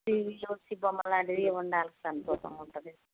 టివిలో వచ్చే బొమ్మలాంటిదే ఉండాలండి బాగుంటుంది